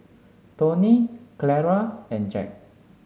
Tony Clara and Jack